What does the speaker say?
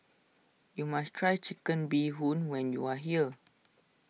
you must try Chicken Bee Hoon when you are here